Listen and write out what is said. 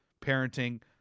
parenting